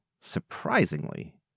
surprisingly